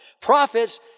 Prophets